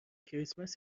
کریسمس